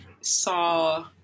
saw